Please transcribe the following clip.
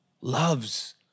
loves